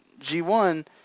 G1